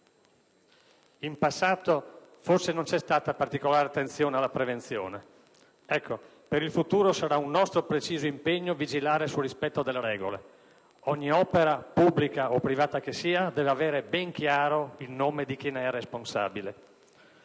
In passato, forse, non c'è stata particolare attenzione alla prevenzione. Ecco, per il futuro sarà un nostro preciso impegno vigilare sul rispetto delle regole. Ogni opera, pubblica o privata che sia, deve avere ben chiaro il nome di chi ne è responsabile.